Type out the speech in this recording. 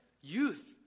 youth